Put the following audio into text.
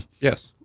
Yes